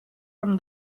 from